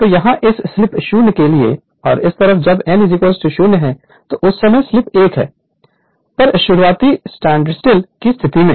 तो यहाँ यह स्लिप 0 के लिए है और इस तरफ जब n 0 है तो उस समय स्लिप 1 पर शुरुआती स्टैंडस्टिल की स्थिति है